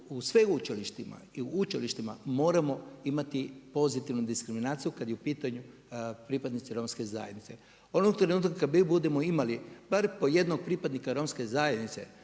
u sveučilištima i učilištima moramo imati pozitivnu diskriminaciju kada su u pitanju pripadnici romske zajednice. Onog trenutka kada mi budemo imali barem po jednog pripadnika romske zajednice